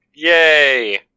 yay